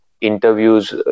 interviews